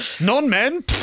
Non-men